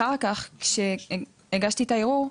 אחר כך, כשהגשתי את הערעור,